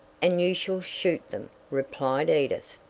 and you shall shoot them, replied edith.